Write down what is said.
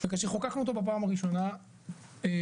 וכאשר חוקקנו אותו בפעם הראשונה היו